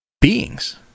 beings